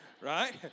right